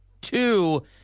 two